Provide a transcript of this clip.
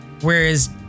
whereas